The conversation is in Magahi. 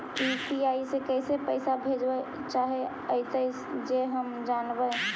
यु.पी.आई से कैसे पैसा भेजबय चाहें अइतय जे हम जानबय?